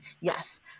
Yes